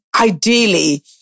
ideally